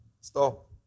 Stop